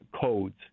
codes